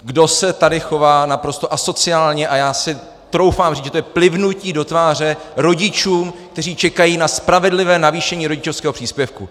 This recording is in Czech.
Kdo se tady chová naprosto asociálně, a já si troufám říct, že to je plivnutí do tváře rodičům, kteří čekají na spravedlivé navýšení rodičovského příspěvku!